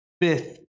fifth